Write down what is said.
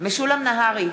משולם נהרי,